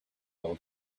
old